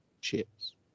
chips